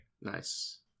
Nice